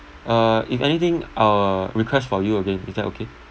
uh if anything I will request for you again is that okay